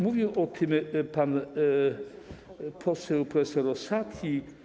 Mówił o tym pan poseł prof. Rosati.